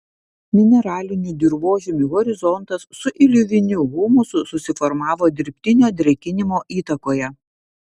mineralinių dirvožemių horizontas su iliuviniu humusu susiformavo dirbtinio drėkinimo įtakoje